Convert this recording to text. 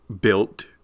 built